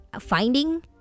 finding